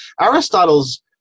aristotle's